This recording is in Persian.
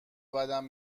بدم